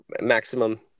maximum